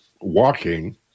walking